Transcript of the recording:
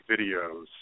Videos